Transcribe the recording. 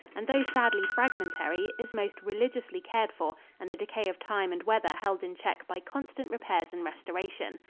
and though sadly fragmentary, is most religiously cared for and the decay of time and weather held in check by constant repairs and restoration.